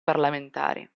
parlamentari